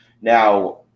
Now